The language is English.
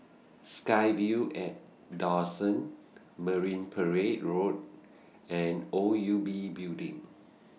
SkyVille At Dawson Marine Parade Road and O U B Building